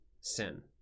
sin